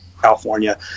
california